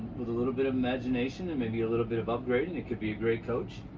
with a little bit of imagination and maybe a little bit of upgrading, it could be a great coach.